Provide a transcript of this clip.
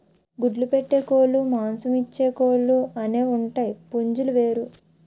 గుడ్లు పెట్టే కోలుమాంసమిచ్చే కోలు అనేవుంటాయి పుంజులు వేరు